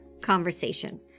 conversation